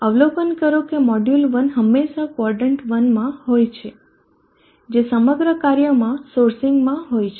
અવલોકન કરો કે મોડ્યુલ 1 હંમેશા ક્વોદરન્ટ1 માં હોય છે જે સમગ્ર કાર્યમાં સોર્સિંગમાં હોય છે